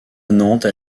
nantes